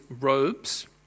robes